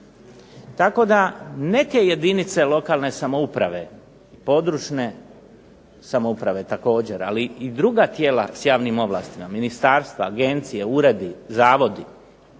tako da neke jedinice lokalne samouprave, područne samouprave također, ali i druga tijela s javnim ovlastima ministarstva, agencije, uredi, zavodi,